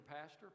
pastor